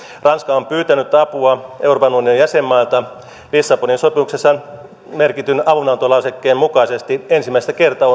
ranska on pyytänyt apua euroopan unionin jäsenmailta lissabonin sopimuksessa merkityn avunantolausekkeen mukaisesti ensimmäistä kertaa